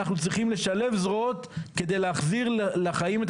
ואנחנו צריכים לשלב זרועות כדי להחזיר לחיים את